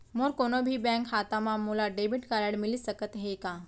मोर कोनो भी बैंक खाता मा मोला डेबिट कारड मिलिस सकत हे का?